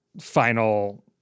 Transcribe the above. final